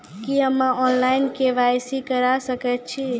की हम्मे online, KYC करा सकैत छी?